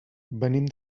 venim